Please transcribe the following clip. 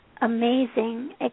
amazing